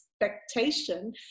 expectation